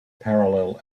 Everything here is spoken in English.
parallel